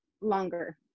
longer